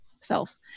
self